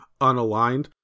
unaligned